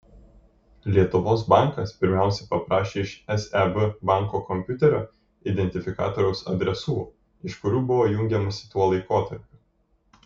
lietuvos bankas pirmiausia paprašė iš seb banko kompiuterio identifikatoriaus adresų iš kurių buvo jungiamasi tuo laikotarpiu